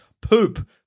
poop